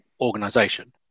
organization